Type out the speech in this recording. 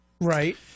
Right